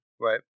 right